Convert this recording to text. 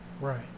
right